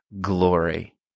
glory